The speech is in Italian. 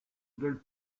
del